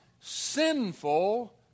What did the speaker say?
sinful